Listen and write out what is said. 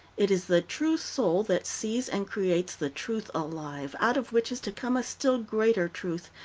it is the true soul that sees and creates the truth alive, out of which is to come a still greater truth,